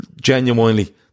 Genuinely